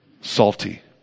salty